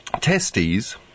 testes